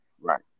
Right